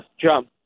jump